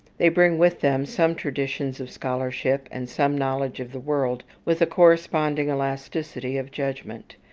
they bring with them some traditions of scholarship, and some knowledge of the world, with a corresponding elasticity of judgment.